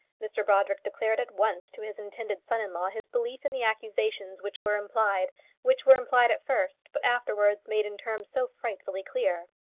mr brodrick declared at once to his intended son-in-law his belief in the accusations which were implied which were implied at first, but afterwards made in terms so frightfully clear.